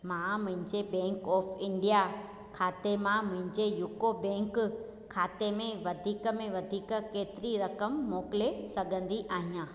मां मुंहिंजे bank of India खाते मां मुंहिंजे यूको बैंक खाते में वधीक में वधीक केतिरी रक़म मोकिले सघंदी आहियां